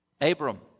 Abram